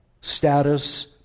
status